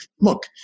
look